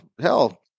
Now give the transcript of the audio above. hell